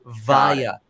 via